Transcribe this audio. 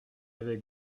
avec